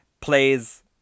plays